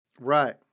right